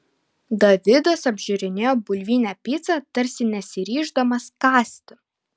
davidas apžiūrinėjo bulvinę picą tarsi nesiryždamas kąsti